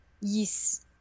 Yes